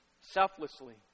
selflessly